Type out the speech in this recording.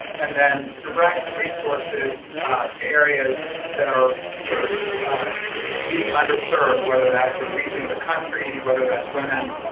and then direct resources to areas that are sort of being underserved, whether that's a region of the country, whether that's women,